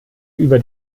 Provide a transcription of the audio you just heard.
über